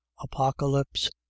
apocalypse